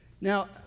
Now